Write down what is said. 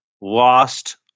lost